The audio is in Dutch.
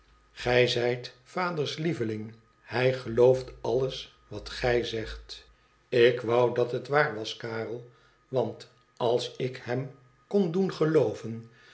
zijt vaders lieveling hij gelooft alles wat gij zegt ik woü dat het waar was karel want als ik hem kon doen gelooven